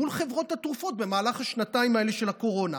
מול חברות התרופות במהלך השנתיים האלה של הקורונה,